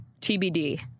TBD